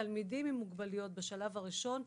תלמידים עם מוגבלויות בשלב הראשון,